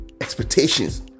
expectations